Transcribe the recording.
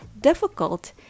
difficult